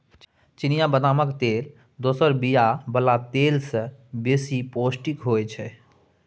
चिनियाँ बदामक तेल दोसर बीया बला तेल सँ बेसी पौष्टिक होइ छै